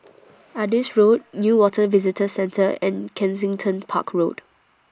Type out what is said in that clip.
Adis Road Newater Visitor Centre and Kensington Park Road